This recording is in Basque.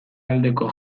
aldeko